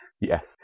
Yes